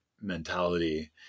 mentality